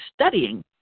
studying